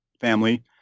family